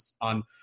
on